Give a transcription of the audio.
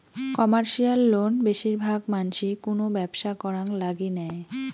commercial loan বেশির ভাগ মানসি কুনো ব্যবসা করাং লাগি নেয়